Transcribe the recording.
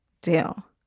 deal